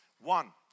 One